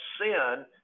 sin